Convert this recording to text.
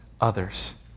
others